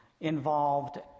involved